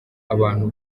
abantu